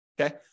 okay